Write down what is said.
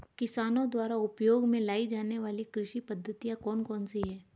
किसानों द्वारा उपयोग में लाई जाने वाली कृषि पद्धतियाँ कौन कौन सी हैं?